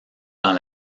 dans